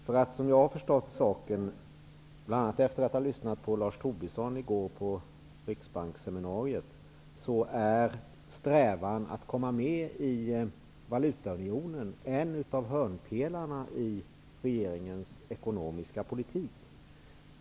Såvitt jag har förstått - bl.a. efter att ha lyssnat på Lars Tobisson i går på Riksbanksseminariet - är strävan att komma med i Valutaunionen en av hörnpelarna i regeringens ekonomiska politik.